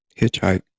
hitchhike